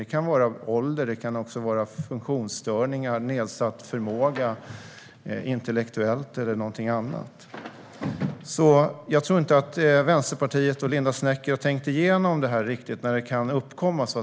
Det kan vara fråga om ålder. Det kan också vara funktionsstörningar, nedsatt intellektuell förmåga eller någonting annat. Jag tror inte att Vänsterpartiet och Linda Snecker riktigt har tänkt igenom när det här så att säga kan uppkomma.